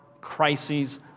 crises